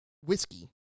whiskey